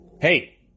Hey